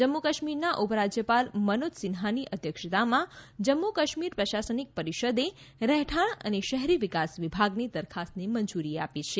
જમ્મુ કાશ્મીરના ઉપરાજ્યપાલ મનોજ સિન્હાની અધ્યક્ષતામાં જમ્મુ કાશ્મીર પ્રશાસનિક પરિષદે રહેઠાણ અને શહેરી વિકાસ વિભાગની દરખાસ્તને મંજૂરી આપી છે